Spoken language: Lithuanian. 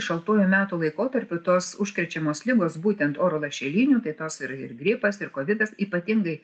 šaltuoju metų laikotarpiu tos užkrečiamos ligos būtent oro lašeliniu tai tos ir ir gripas ir kovidas ypatingai